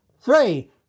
three